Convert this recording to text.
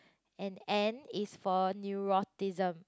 and N is for neuroticism